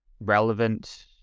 relevant